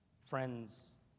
Friends